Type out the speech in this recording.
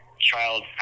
child